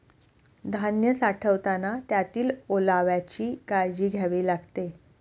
धान्य साठवताना त्यातील ओलाव्याची काळजी घ्यावी लागते